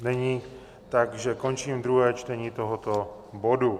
Není, takže končím druhé čtení tohoto bodu.